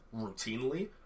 routinely